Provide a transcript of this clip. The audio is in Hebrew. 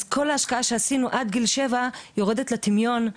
אז כל השקעה שעשינו עד גיל 7 יורדת לטמיון.